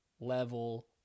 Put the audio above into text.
level